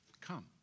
come